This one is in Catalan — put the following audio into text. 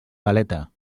galeta